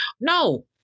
No